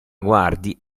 guardi